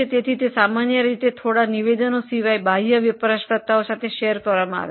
તેથી થોડા નિવેદનો સિવાય બાહ્ય વપરાશકર્તાઓને નિવેદનો બતાવવામાં આવે છે